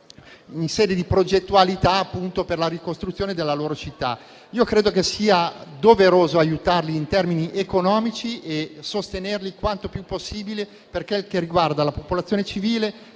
in sede di progettualità per la ricostruzione di quella città. Credo che sia doveroso aiutarli in termini economici e sostenerli quanto più possibile per quel che riguarda la popolazione civile,